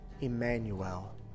Emmanuel